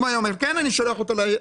אם הוא היה אומר כן, אני שולח אותו להזדהות.